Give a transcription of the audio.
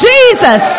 Jesus